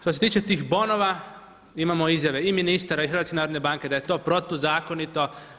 Što se tiče tih bonova, imamo izjave i ministara i HNB-a da je to protuzakonito.